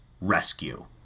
rescue